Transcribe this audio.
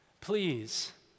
Please